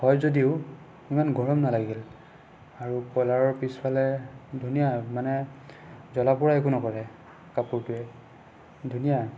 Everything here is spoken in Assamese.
হয় যদিও সিমান গৰম নালাগিল আৰু ক'লাৰৰ পিছফালে ধুনীয়া মনে জ্বলা পুৰা একো নকৰে কাপোৰটোৱে ধুনীয়া